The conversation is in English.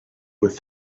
with